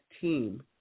team